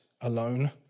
alone